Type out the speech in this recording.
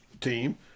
team